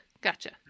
gotcha